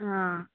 ହଁ